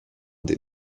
des